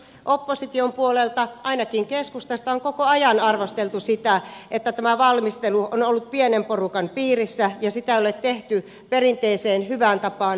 opposition puolelta ainakin keskustasta on koko ajan arvosteltu sitä että tämä valmistelu on ollut pienen porukan piirissä ja sitä ei ole tehty perinteiseen hyvään tapaan parlamentaariselta pohjalta